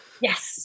Yes